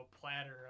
platter